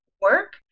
work